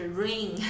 rain